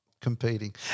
competing